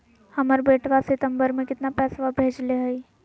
हमर बेटवा सितंबरा में कितना पैसवा भेजले हई?